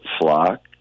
flock